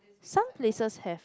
some places have